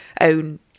own